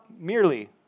merely